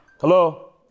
Hello